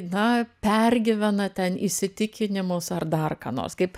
na pergyvena ten įsitikinimus ar dar ką nors kaip